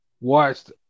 watched